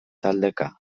taldeka